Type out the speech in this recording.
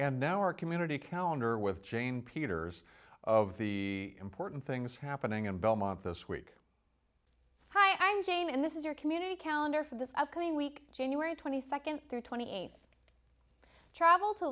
and our community calendar with chain peters of the important things happening in belmont this week hi i'm jane and this is your community calendar for this upcoming week january twenty second twenty eighth traveled to